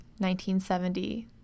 1970